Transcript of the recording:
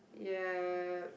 yeap